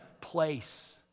place